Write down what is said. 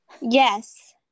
yes